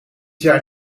jaar